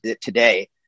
today